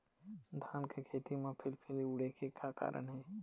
धान के खेती म फिलफिली उड़े के का कारण हे?